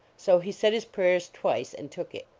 so he said his prayers twice, and took it.